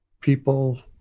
People